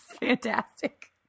fantastic